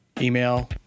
email